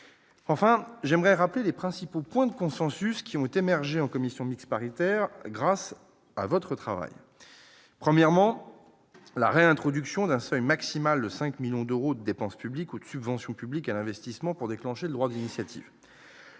enfin j'aimerais rappeler les principaux points de consensus qui ont été émerger en commission mixte paritaire grâce à votre travail, premièrement la réintroduction d'un seuil maximal de 5 millions d'euros, dépenses publiques ou de subventions publiques, l'investissement pour déclencher le droit d'initiative,